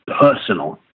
personal